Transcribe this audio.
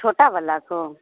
छोटे वाले को